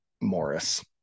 Morris